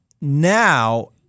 now